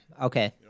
Okay